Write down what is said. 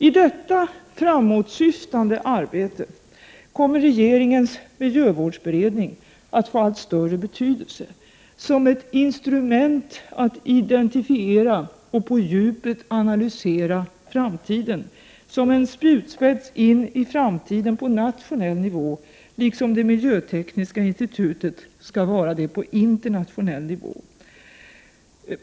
I detta framåtsyftande arbete kommer regeringens miljövårdsberedning att få allt större betydelse såsom ett instrument för att identifiera och på djupet analysera problem och såsom en spjutspets in i framtiden på nationell nivå, liksom det miljötekniska institutet skall vara det på internationell nivå.